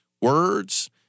words